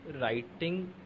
writing